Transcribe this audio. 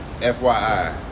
FYI